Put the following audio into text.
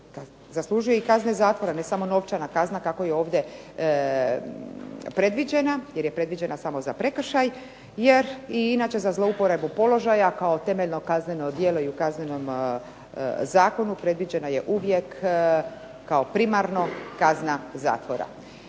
zaslužuje kazne zatvora, ne samo novčana kazna kako je ovdje predviđena jer je predviđena samo za prekršaj, jer inače za zlouporabu položaja kao temeljno kazneno djelo i u Kaznenom zakonu predviđena je uvijek kao primarno kazna zatvora.